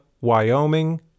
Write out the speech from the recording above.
Wyoming